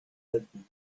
hidden